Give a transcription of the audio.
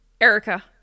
erica